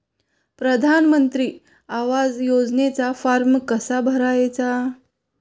प्रधानमंत्री आवास योजनेचा फॉर्म कसा भरायचा?